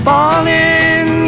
Falling